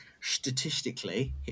statistically